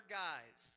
guys